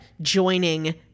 joining